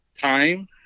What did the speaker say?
time